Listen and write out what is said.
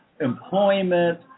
employment